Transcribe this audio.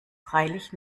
freilich